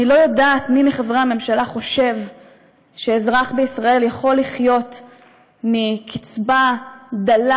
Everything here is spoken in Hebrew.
אני לא יודעת מי מחברי הממשלה חושב שאזרח בישראל יכול לחיות מקצבה דלה